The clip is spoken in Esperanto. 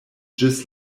ĝis